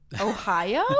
Ohio